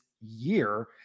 year